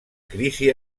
crisi